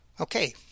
Okay